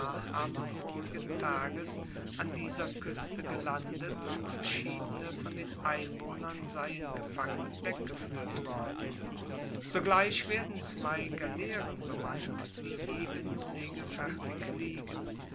habe vorigen tages an dieser küste gelandet und verschiedene von den einwohnern seien gefangen weggeführt worden sogleich werden zwei galeeren bemannt die eben segelfertig liegen